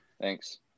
Thanks